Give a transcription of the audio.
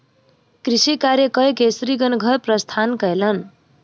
कृषि कार्य कय के स्त्रीगण घर प्रस्थान कयलैन